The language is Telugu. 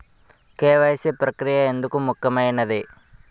కే.వై.సీ ప్రక్రియ ఎందుకు ముఖ్యమైనది?